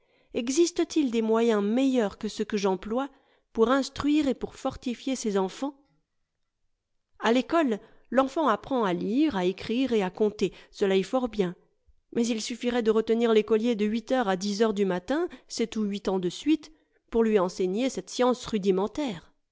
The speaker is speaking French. existe-t-il des moyens meilleurs que ceux que j'emploie pour instruire et pour fortifier ces enfants a l'ecole l'enfant apprend à lire à écrire et à compter gela est fort bien mais il suffirait de retenir l'écolier de huit heures à dix heures du matin sept ou huit ans de suite pour lui enseigner cette science rudimentaire